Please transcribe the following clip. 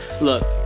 Look